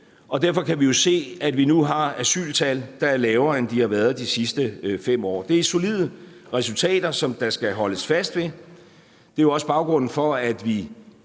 Derfor kan vi jo se, at vi nu har asyltal, der er lavere, end de har været de sidste 5 år. Det er solide resultater, som der skal holdes fast ved. Det er jo også baggrunden for, at vi